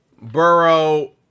Burrow